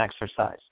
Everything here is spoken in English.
exercise